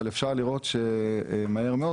אבל אפשר לראות שמהר מאוד,